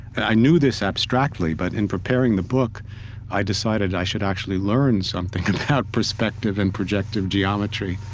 i knew this abstractly, but in preparing the book i decided i should actually learn something about perspective and projective geometry.